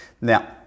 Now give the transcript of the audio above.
Now